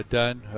done